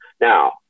Now